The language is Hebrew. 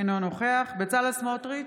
אינו נוכח בצלאל סמוטריץ'